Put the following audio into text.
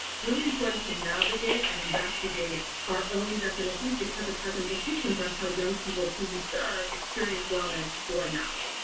really important to navigate and investigate our own definitions because it has implications on how young people who we serve experience wellness or not.